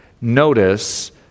notice